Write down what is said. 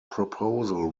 proposal